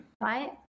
Right